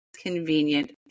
convenient